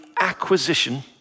acquisition